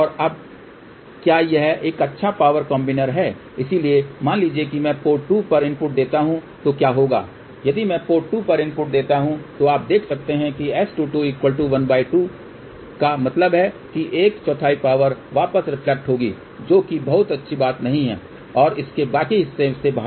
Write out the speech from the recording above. अब क्या यह एक अच्छा पावर कॉम्बिनर है इसलिए मान लीजिए मैं पोर्ट 2 पर इनपुट देता हूं तो क्या होगा यदि मैं पोर्ट 2 पर इनपुट देता हूं तो आप देख सकते हैं कि S22 ½ का मतलब है कि एक चौथाई पावर वापस रिफ्लेट होगी जो कि बहुत अच्छी बात नहीं है और इसके बाकी हिस्से से बाहर है